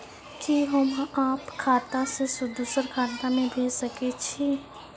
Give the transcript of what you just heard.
कि होम आप खाता सं दूसर खाता मे भेज सकै छी?